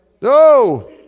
No